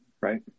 Right